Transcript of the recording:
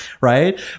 Right